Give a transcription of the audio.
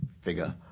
figure